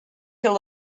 till